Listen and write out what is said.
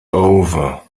over